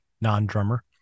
non-drummer